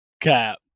Cap